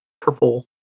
purple